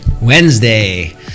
Wednesday